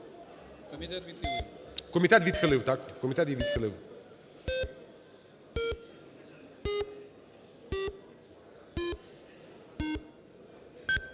Комітет відхилив.